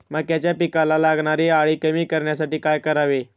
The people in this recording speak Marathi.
मक्याच्या पिकाला लागणारी अळी कमी करण्यासाठी काय करावे?